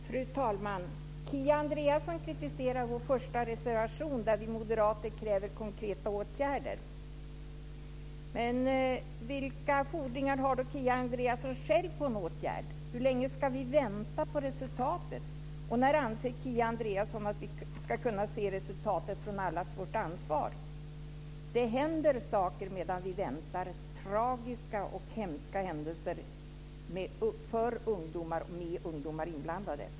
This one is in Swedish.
Fru talman! Kia Andreasson kritiserar vår första reservation, där vi moderater kräver konkreta åtgärder. Men vilka fordringar har Kia Andreasson själv på en åtgärd? Hur länge ska vi vänta på resultatet? När anser Kia Andreasson att vi ska se resultatet från allas vårt ansvar? Det händer saker medan vi väntar, tragiska och hemska händelser för ungdomar och med ungdomar inblandade.